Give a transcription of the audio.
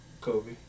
Kobe